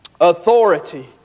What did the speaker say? authority